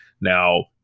Now